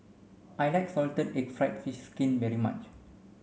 I like salted egg fried fish skin very much